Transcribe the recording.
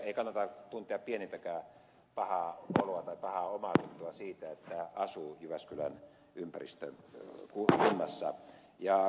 ei kannata tuntea pienintäkään pahaa oloa tai pahaa omaatuntoa siitä että asuu jyväskylän ympäristön kunnassa